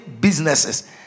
businesses